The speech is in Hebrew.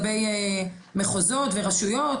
איזושהי בעיה רפואית כזאת או אחרת,